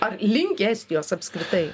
ar link estijos apskritai